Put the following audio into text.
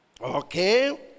Okay